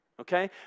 Okay